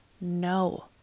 No